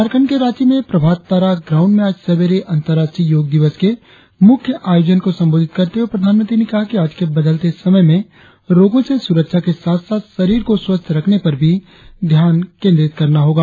झारखंड के रांची में प्रभात तारा ग्राउंड में आज सवेरे अंतर्राष्ट्रीय योग दिवस के मुख्य आयोजन को संबोधित करते हुए प्रधानमंत्री ने कहा कि आज के बदलते समय में रोगो से सुरक्षा के साथ साथ शरीर को स्वस्थ् रखने पर भी ध्यान केंद्रित करना होगा